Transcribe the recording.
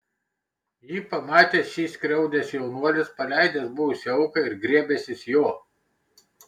jį pamatęs šį skriaudęs jaunuolis paleidęs buvusią auką ir griebęsis jo